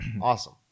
awesome